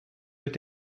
mit